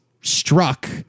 struck